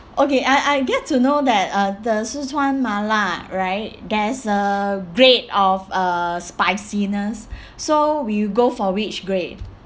okay I I get to know that uh the sichuan mala right there's a grade of uh spiciness so you go for which grade